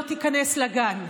לא תיכנס לגן.